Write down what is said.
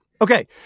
Okay